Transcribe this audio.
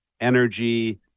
energy